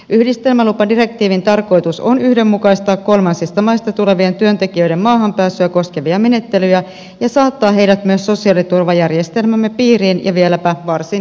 yhdistelmälupadirektiivin tarkoitus on yhdenmukaistaa kolmansista maista tulevien työntekijöiden maahanpääsyä koskevia menettelyjä ja saattaa heidät myös sosiaaliturvajärjestelmämme piiriin ja vieläpä varsin kattavasti